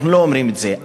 אנחנו לא אומרים את זה.